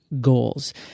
goals